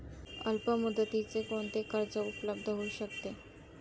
अल्पमुदतीचे कोणते कर्ज उपलब्ध होऊ शकते?